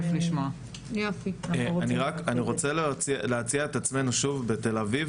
אני רוצה להציע את עצמנו שוב בתל אביב,